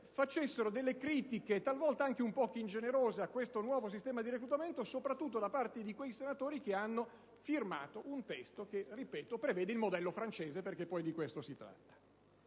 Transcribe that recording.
facessero delle critiche anche ingenerose a questo nuovo sistema di reclutamento soprattutto da parte di quei senatori che hanno firmato un testo che prevede il modello francese perché di questo si tratta.